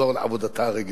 תחזור לעבודתה הרגילה.